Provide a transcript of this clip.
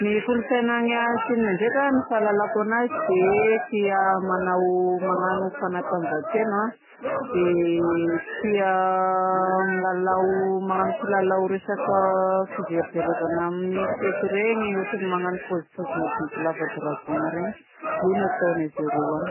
Ny kolontsaina any Chine ndraika ny fahalalako anazy dia tia magnao magnano fanatanjahan-tena dia tia milalao magnano kilalao resaka fijerijerevana amin'ny fety reny ohatran'ny magnano pôzipôzina bibilava dragon reny io ny ataon'izy reo any.